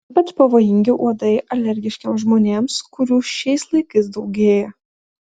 ypač pavojingi uodai alergiškiems žmonėms kurių šiais laikais daugėja